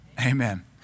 Amen